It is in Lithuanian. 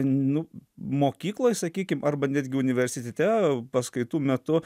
nu mokykloj sakykim arba netgi universitete paskaitų metu